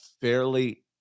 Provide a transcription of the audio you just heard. fairly